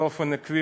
באופן עקבי,